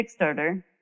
Kickstarter